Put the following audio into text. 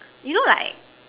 you know like